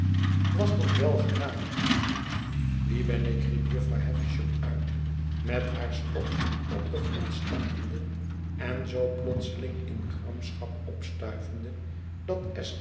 was dat wel gedaan wie ben ik riep jufvrouw havisham uit met haar stok op den grond stampende en zoo plotseling in gramschap opstuivende dat